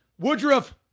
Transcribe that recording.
Woodruff